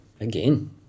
again